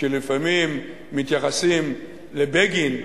כשלפעמים מתייחסים לבגין,